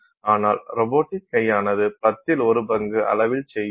ஆனால் ரோபோடிக் கையானது பத்தில் ஒரு பங்கு அளவில் செய்யும்